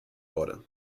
wurde